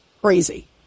Crazy